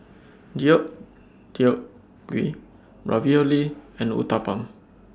Deodeok Gui Ravioli and Uthapam